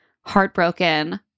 Heartbroken